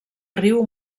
riu